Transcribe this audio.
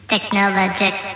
Technologic